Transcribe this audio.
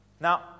Now